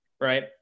right